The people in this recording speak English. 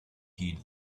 heed